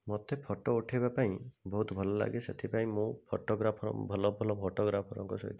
ମୋତେ ଫୋଟୋ ଉଠେଇବା ପାଇଁ ବହୁତ ଭଲଲାଗେ ସେଥିପାଇଁ ମୁଁ ଫୋଟୋଗ୍ରାଫର୍ ଭଲ ଭଲ ଫୋଟୋଗ୍ରାଫର୍ ଙ୍କ ସହିତ